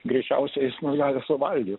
greičiausia jis mane ir suvalgys